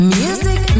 music